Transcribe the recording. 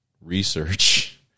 research